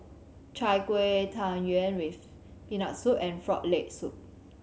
Chai Kuih Tang Yuen with Peanut Soup and Frog Leg Soup